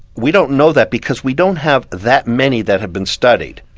we don't know that, because we don't have that many that have been studied.